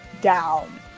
down